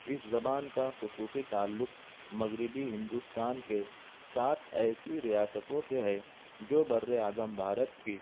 اس زبان کا خصوصی تعلق مغربی ہندوستان کے سات ایسی ریاستوں سے ہے جو بر اعظم بھارت کی